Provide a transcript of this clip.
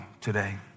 today